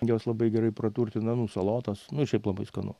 jos labai gerai praturtina nu salotas nu ir šiaip labai skanu